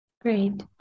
Great